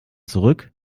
zurück